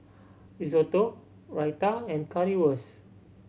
Risotto Raita and Currywurst